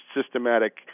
systematic